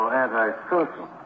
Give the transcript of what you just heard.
anti-social